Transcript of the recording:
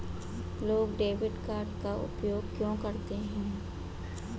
लोग debit card का उपयोग क्यों करते हैं?